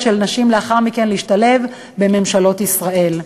של נשים לאחר מכן להשתלב בממשלות ישראל.